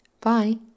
Bye